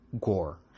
Gore